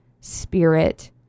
Spirit